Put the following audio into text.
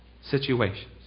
situations